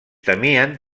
temien